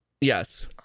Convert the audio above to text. Yes